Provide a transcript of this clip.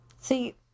See